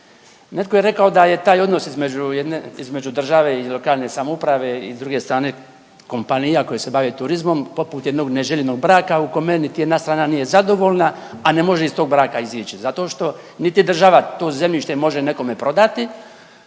Netko je rekao da je taj odnos između jedne između države i lokalne samouprave i s druge strane kompanija koja se bave turizmom, poput jednog neželjenog braka u kome niti jedna strana nije zadovoljna, a ne može iz tog braka izići zato što niti država to zemljište može nekome prodati,